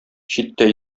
читтә